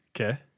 Okay